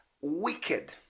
wicked